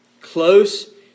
Close